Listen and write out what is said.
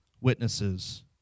witnesses